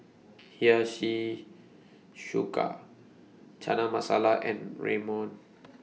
Hiyashi Chuka Chana Masala and Ramyeon